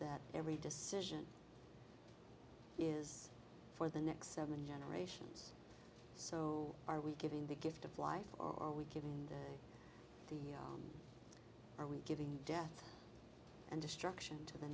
that every decision is for the next seven generations so are we giving the gift of life or we give and the are we giving death and destruction to the